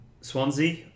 Swansea